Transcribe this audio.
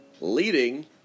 leading